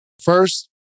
First